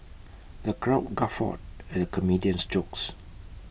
the crowd guffawed at the comedian's jokes